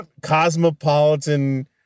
cosmopolitan